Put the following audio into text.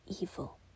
evil